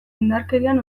indarkerian